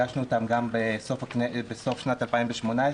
הגשנו אותן גם בסוף שנת 2018,